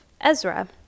Ezra